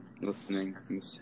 listening